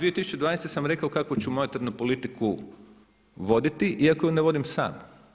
2012. sam rekao kakvu ću monetarnu politiku voditi iako ju ne vodim sam.